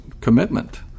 commitment